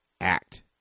act